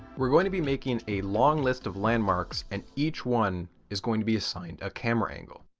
we're going to be making a long list of landmarks, and each one is going to be assigned a camera angle,